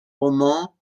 romans